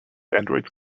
androids